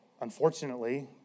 unfortunately